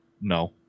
No